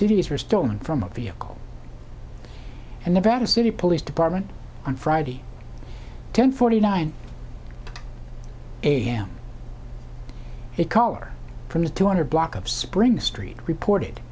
cities were stolen from a vehicle and the battered city police department on friday ten forty nine am it caller from the two hundred block of spring street reported